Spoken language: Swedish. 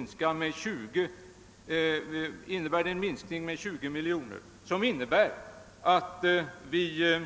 Dessutom innebär det en minskning med 20 miljoner kronor jämfört med årets anslag, vilket